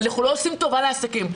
אנחנו לא עושים טובה לעסקים.